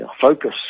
focus